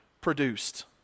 produced